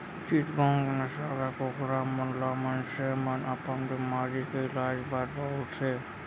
चिटगोंग नसल के कुकरा ल मनसे मन अपन बेमारी के इलाज बर बउरथे